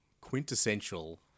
quintessential